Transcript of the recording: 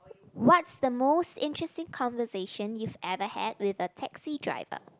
what's the most interesting conversation you've ever had with a taxi driver